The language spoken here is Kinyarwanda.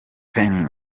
penn